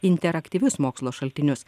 interaktyvius mokslo šaltinius